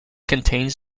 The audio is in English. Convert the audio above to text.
contains